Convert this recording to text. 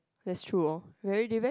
that's true hor very they very